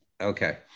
okay